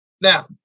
Now